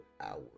hours